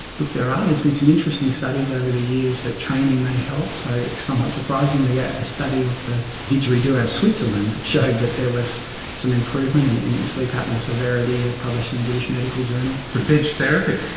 there are, there's been some interesting studies over the years that training may help, so somewhat surprisingly a study of the didgeridoo out of switzerland showed that there was some improvement in in sleep apnoea severity, ah published in the british medical journal. so didge therapy?